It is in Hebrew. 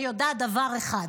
אני יודעת דבר אחד,